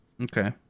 Okay